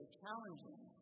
challenging